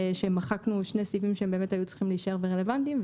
שבה מחקנו שני סעיפים שהם באמת היו צריכים להישאר והם רלוונטיים,